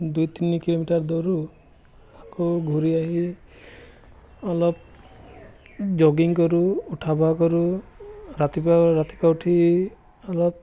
দুই তিনি কিলোমিটাৰ দৌৰোঁ আকৌ ঘূৰি আহি অলপ জগিং কৰোঁ উঠা বহা কৰোঁ ৰাতিপুৱা ৰাতিপুৱা উঠি অলপ